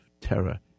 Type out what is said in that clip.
terror